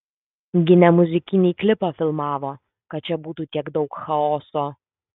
gi ne muzikinį klipą filmavo kad čia būtų tiek daug chaoso